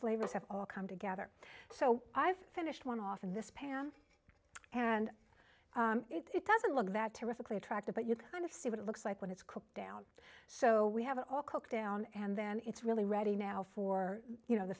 flavors have all come together so i finished one off in this pan and it doesn't look that terrifically attractive but you kind of see what it looks like when it's cooked down so we have it all cooked down and then it's really ready now for you know the